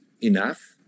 enough